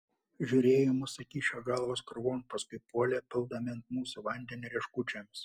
žiūrėjo į mus sukišę galvas krūvon paskui puolė pildami ant mūsų vandenį rieškučiomis